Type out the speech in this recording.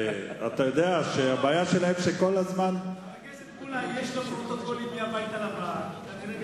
לחבר הכנסת מולה יש פרוטוקולים מהבית הלבן.